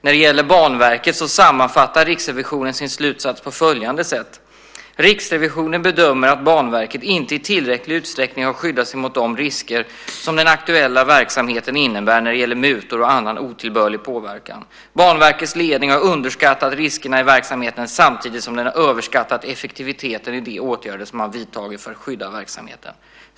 När det gäller Banverket sammanfattar Riksrevisionen sin slutsats på följande sätt: Riksrevisionen bedömer att Banverket inte i tillräcklig utsträckning har skyddat sig mot de risker som den aktuella verksamheten innebär när det gäller mutor och annan otillbörlig påverkan. Banverkets ledning har underskattat riskerna i verksamheten samtidigt som den har överskattat effektiviteten i de åtgärder som man har vidtagit för att skydda verksamheten.